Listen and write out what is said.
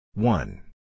One